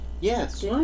Yes